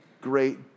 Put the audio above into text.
great